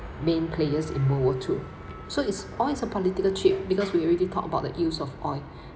main players in world war two so it's all it's a political chip because we already talk about the use of oil